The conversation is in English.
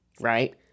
right